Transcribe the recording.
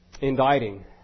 indicting